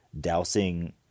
dousing